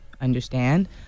Understand